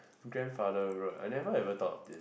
grandfather road I never ever thought this